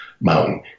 Mountain